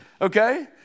Okay